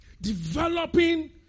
Developing